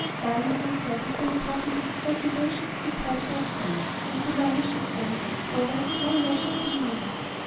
dulness and sadness were impossible with that vivacious little person at hand and so long as she stayed, clover had small leisure to be mournful.